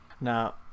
Now